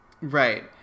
Right